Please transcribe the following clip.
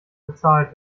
bezahlt